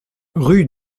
rue